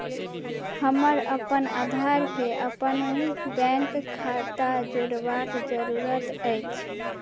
हमर अपन आधारके अपन बैंक खाता जोड़बाक जरूरत अछि